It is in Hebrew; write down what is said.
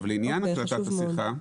לעניין הקלטת השיחה,